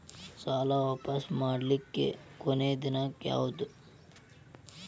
ಸಾಲಾ ವಾಪಸ್ ಮಾಡ್ಲಿಕ್ಕೆ ಕೊನಿ ದಿನಾಂಕ ಯಾವುದ್ರಿ?